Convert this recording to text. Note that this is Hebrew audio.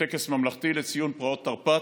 לטקס ממלכתי לציון פרעות תרפ"ט.